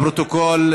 לפרוטוקול,